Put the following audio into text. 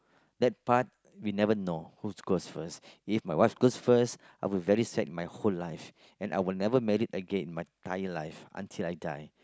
that part we never know who goes first if my wife goes first I will very sad my whole life and I would never married again in my entire life until I die